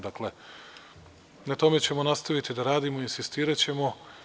Dakle, na tome ćemo nastaviti da radimo i insistiraćemo.